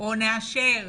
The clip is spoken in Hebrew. או נאשר